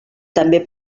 també